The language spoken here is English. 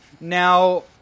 Now